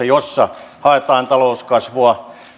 joissa haetaan talouskasvua